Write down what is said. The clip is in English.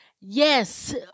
Yes